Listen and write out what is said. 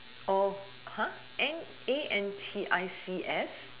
oh !huh! an~ A N T I C S